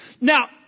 Now